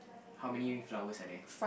how many flowers are there